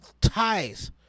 ties